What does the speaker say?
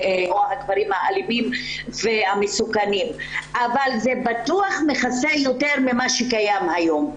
הגברים האלימים והמסוכנים אבל בטוח זה מכסה יותר ממה שקיים היום.